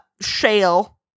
shale